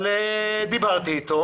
אבל דיברתי איתו